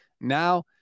Now